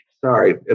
Sorry